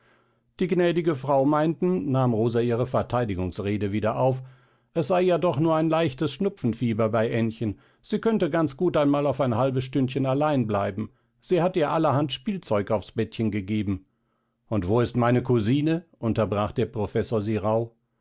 die gnädige frau meinten nahm rosa ihre verteidigungsrede wieder auf es sei ja doch nur ein leichtes schnupfenfieber bei aennchen sie könnte ganz gut einmal auf ein halbes stündchen allein bleiben sie hat ihr allerhand spielzeug aufs bettchen gegeben und wo ist meine kousine unterbrach der professor sie rauh